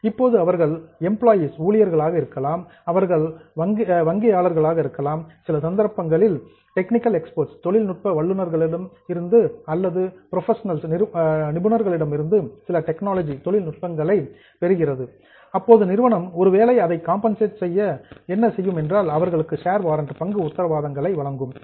இப்போது அவர்கள் எம்பிளோயீஸ் ஊழியர்களாக இருக்கலாம் அவர்கள் பாங்கர்ஸ் வங்கியாளர்களாக இருக்கலாம் சில சந்தர்ப்பங்களில் நிறுவனம் சில டெக்னிக்கல் எக்ஸ்பர்ட்ஸ் தொழில்நுட்ப வல்லுனர்களிடம் இருந்து அல்லது சில ப்ரொபஷனல்ஸ் நிபுணர்களிடம் இருந்து சில டெக்னாலஜி தொழில்நுட்பங்களை பெறுகிறது ஒருவேளை அதை காம்பன்சேட் ஈடுசெய்ய நிறுவனம் அவர்களுக்கு ஷேர் வாரன்ட்ஸ் பங்கு உத்தரவாதங்களை வழங்குகிறது